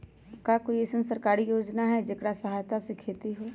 का कोई अईसन सरकारी योजना है जेकरा सहायता से खेती होय?